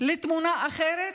לתמונה אחרת?